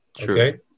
okay